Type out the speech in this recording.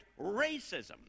racism